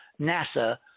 NASA